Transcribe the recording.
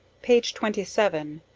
page twenty seven.